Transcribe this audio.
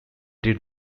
did